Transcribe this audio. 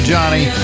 Johnny